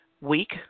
week